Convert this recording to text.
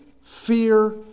fear